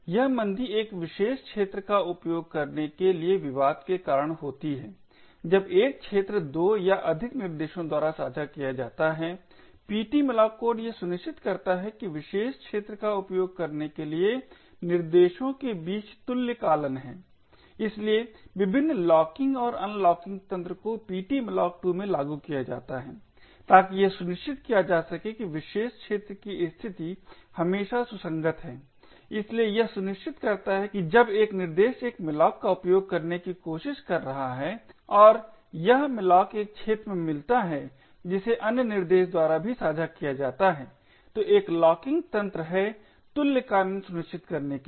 यह मंदी एक विशेष क्षेत्र का उपयोग करने के लिए विवाद के कारण होती है जब एक क्षेत्र 2 या अधिक निर्देशों द्वारा साझा किया जाता है ptmalloc कोड यह सुनिश्चित करता है कि विशेष क्षेत्र का उपयोग करने के लिए निर्देशों के बीच तुल्यकालन है इसलिए विभिन्न लॉकिंग और अनलॉकिंग तंत्र को ptmalloc2 में लागू किया जाता है ताकि यह सुनिश्चित किया जा सके कि विशेष क्षेत्र की स्थिति हमेशा सुसंगत है इसलिए यह सुनिश्चित करता है कि जब एक निर्देश एक malloc का उपयोग करने की कोशिश कर रहा है और यह malloc एक क्षेत्र में मिलता है जिसे अन्य निर्देश द्वारा भी साझा किया जाता है तो एक लॉकिंग तंत्र है तुल्यकालन सुनिश्चित करने के लिए